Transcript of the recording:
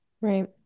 right